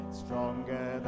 stronger